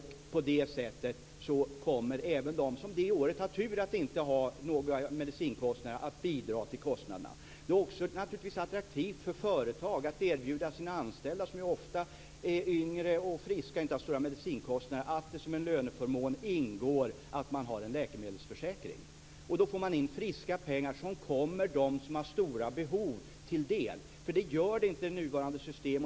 På detta sätt kommer även de som ett år har turen att inte få några medicinkostnader att bidra till kostnaderna. Det är naturligtvis också attraktivt för företag att erbjuda sina anställda, som ju ofta är yngre och friska och inte har stora medicinkostnader, en löneförmån där det ingår att man har en läkemedelsförsäkring. Då får man in friska pengar som kommer dem som har stora behov till del. Det gör det inte med nuvarande system.